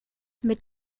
mit